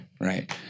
Right